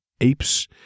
apes